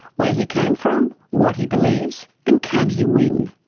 where he came from, what he believes and can he win?